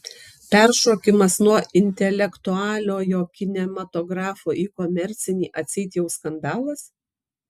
peršokimas nuo intelektualiojo kinematografo į komercinį atseit jau skandalas